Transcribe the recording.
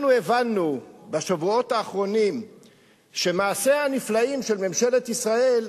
אנחנו הבנו בשבועות האחרונים שמעשיה הנפלאים של ממשלת ישראל,